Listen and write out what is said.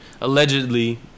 allegedly